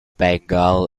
bengal